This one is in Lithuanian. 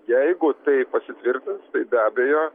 jeigu tai pasitvirtins tai be abejo